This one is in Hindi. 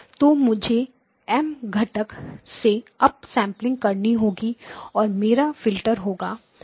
तो मुझे एम घटक से अप सेंपलिंग करनी होगी और मेरा फिल्टर 1 Z M1 Z 1 होगा